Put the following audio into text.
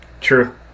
true